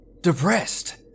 Depressed